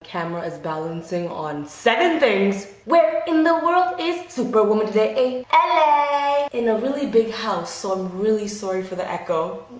camera is balancing on seven things. where in the world is superwoman today? l a. in a really big house, so i'm really sorry for the echo.